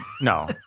no